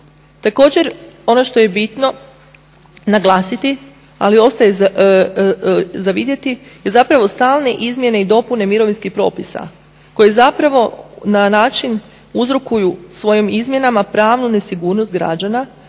Također, ono što je bitno naglasiti ali ostaje za vidjeti su zapravo stalne izmjene i dopune mirovinskih propisa koje zapravo na način uzrokuju svojim izmjenama pravnu nesigurnost građana